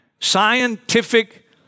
Scientific